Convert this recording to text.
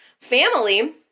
family